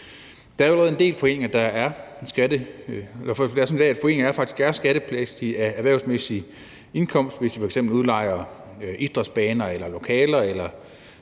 det er i dag, er foreninger faktisk skattepligtige af erhvervsmæssig indkomst, hvis de f.eks. udlejer idrætsbaner eller lokaler.